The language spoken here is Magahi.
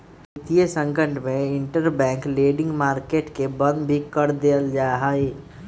वितीय संकट में इंटरबैंक लेंडिंग मार्केट के बंद भी कर देयल जा हई